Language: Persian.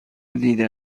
دیده